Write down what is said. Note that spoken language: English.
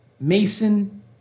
Mason